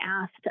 asked